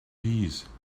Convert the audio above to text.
piece